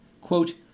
Quote